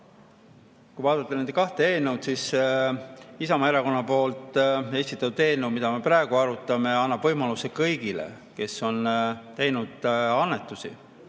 Kui vaadata neid kahte eelnõu, siis Isamaa Erakonna esitatud eelnõu, mida me praegu arutame, annab võimaluse kõigile, kes on teinud annetusi,